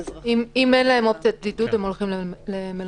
אם אין להם אופציית בידוד הם הולכים למלוניות.